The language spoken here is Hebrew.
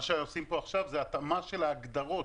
מה שעושים פה עכשיו זה התאמה של ההגדרות.